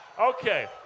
Okay